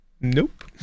nope